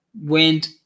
went